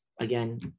again